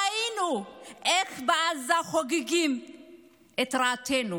ראינו איך בעזה חוגגים את רעתנו.